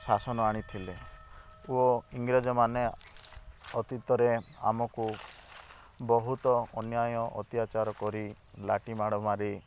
ଶାସନ ଆଣିଥିଲେ ଓ ଇରେଂଜ ମାନେ ଅତୀତରେ ଆମକୁ ବହୁତ ଅନ୍ୟାୟ ଅତ୍ୟାଚାର କରି ଲାଠି ମାଡ଼ ମାରି